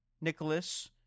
Nicholas